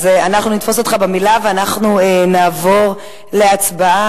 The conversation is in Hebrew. אז אנחנו נתפוס אותך במלה, ואנחנו נעבור להצבעה.